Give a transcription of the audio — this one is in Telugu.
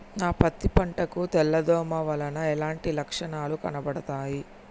నా పత్తి పంట కు తెల్ల దోమ వలన ఎలాంటి లక్షణాలు కనబడుతాయి?